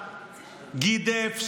גידף,